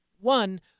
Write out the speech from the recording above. one